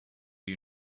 you